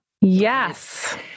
Yes